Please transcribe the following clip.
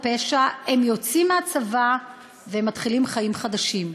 הפשע הם יוצאים מהצבא והם מתחילים חיים חדשים.